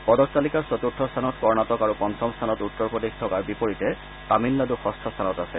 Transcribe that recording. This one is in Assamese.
পদক তালিকাৰ চতুৰ্থ স্থানত কৰ্ণটিক আৰু পঞ্চম স্থানত উত্তৰ প্ৰদেশ থকাৰ বিপৰীতে তামিলনাডু ষঠ স্থানত আছে